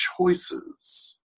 choices